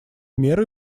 меры